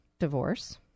divorce